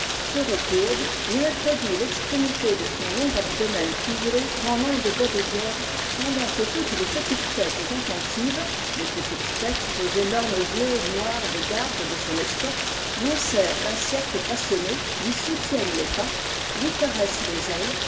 se recourbe et introduit l'extrémitc son long abdomen fuselé dans l'un des gc vierges pendant aue toutes les petites têtes attentives les petites têtes aux énormes yeux noirs des gardes de son escorte l'enserrent d'un cercle passionné lui soutiennent les pattes lui caressent les ailes